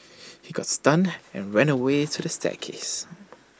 he got stunned and ran away to the staircase